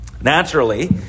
Naturally